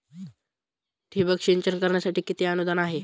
ठिबक सिंचन करण्यासाठी किती अनुदान आहे?